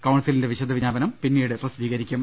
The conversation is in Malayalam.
കൌൺസിലിന്റെ വിശദ വിജ്ഞാപനം പിന്നീട് പ്രസിദ്ധീകരിക്കും